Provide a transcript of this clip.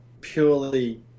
purely